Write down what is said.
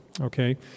okay